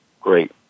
great